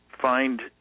find